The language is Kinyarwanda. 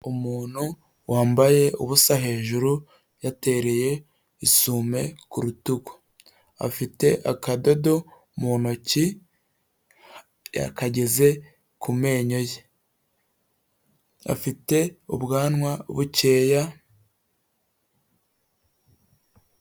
Umuntu wambaye ubusa hejuru yatereye isume ku rutugu, afite akadodo mu ntoki yakageze ku menyo ye, afite ubwanwa bukeya.